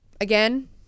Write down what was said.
Again